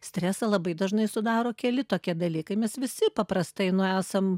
stresą labai dažnai sudaro keli tokie dalykai mes visi paprastai nu esam